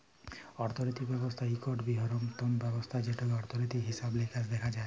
অর্থলিতি ব্যবস্থা ইকট বিরহত্তম ব্যবস্থা যেটতে অর্থলিতি, হিসাব মিকাস দ্যাখা হয়